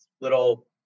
little